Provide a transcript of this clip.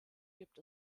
gibt